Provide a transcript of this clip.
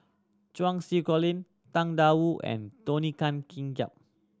Cheng Xinru Colin Tang Da Wu and Tony Tan Keng